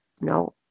No